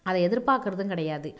அதை எதிர்பாக்கறதும் கிடையாது